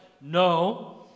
No